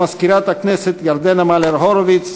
מזכירת הכנסת ירדנה מלר-הורוביץ,